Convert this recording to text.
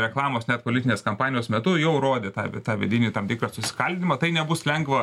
reklamos net politinės kampanijos metu jau rodė tą tą vidinį tam tikrą susiskaldymą tai nebus lengva